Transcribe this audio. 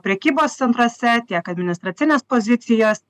prekybos centruose tiek administracinės pozicijos